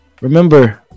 remember